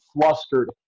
flustered